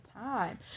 time